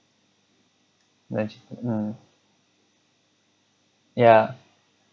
nice mm ya